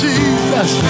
Jesus